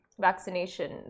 vaccination